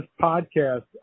podcast